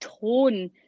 tone